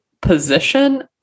position